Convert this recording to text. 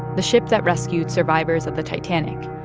the ship that rescued survivors of the titanic.